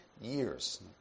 years